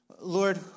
Lord